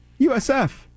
USF